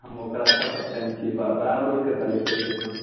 हम ओकरा अच्छा सा फैन छी बराबर ओकर कविता लिखैत छियै हम